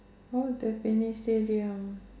oh Tampines Stadium